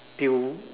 they would